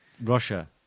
Russia